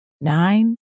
nine